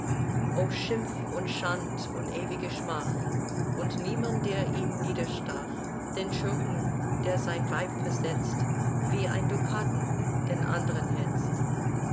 o schimpf und schand und ewige schmach und niemand der ihn niederstach den schurken der sein weib versetzt wie ein dukaten den andern hetzt